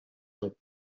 del